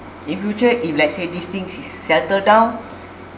in future if let's say these things is settled down